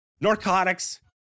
narcotics